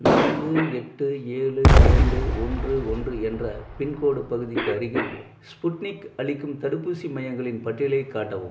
நான்கு எட்டு ஏழு இரண்டு ஒன்று ஒன்று என்ற பின்கோட் பகுதிக்கு அருகில் ஸ்புட்னிக் அளிக்கும் தடுப்பூசி மையங்களின் பட்டியலைக் காட்டவும்